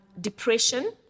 depression